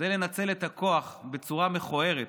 זה לנצל את הכוח בצורה מכוערת.